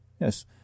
Yes